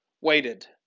waited